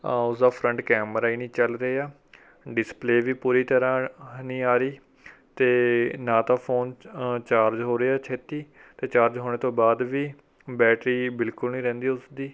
ਉਸਦਾ front camera ਹੀ ਨਹੀਂ ਚੱਲ ਰਿਹਾ ਡਿਸਪਲੇਅ ਵੀ ਪੂਰੀ ਤਰ੍ਹਾਂ ਨਹੀਂ ਆ ਰਹੀ ਅਤੇ ਨਾ ਤਾਂ ਫ਼ੋਨ ਚਾਰਜ ਹੋ ਰਿਹਾ ਛੇਤੀ ਅਤੇ ਚਾਰਜ ਹੋਣ ਤੋਂ ਬਾਅਦ ਵੀ ਬੈਟਰੀ ਬਿਲਕੁਲ ਨਹੀਂ ਰਹਿੰਦੀ ਉਸਦੀ